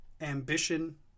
ambition